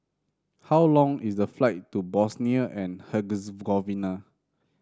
how long is the flight to Bosnia and Herzegovina